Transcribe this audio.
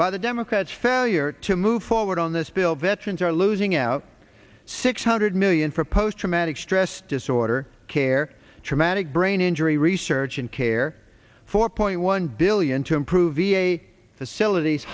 by the democrats failure to move forward on this bill veterans are losing out six hundred million for post traumatic stress disorder care traumatic brain injury research and care four point one billion to through v a facilities